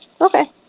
Okay